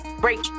break